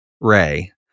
Ray